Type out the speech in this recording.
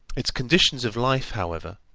its conditions of life, however,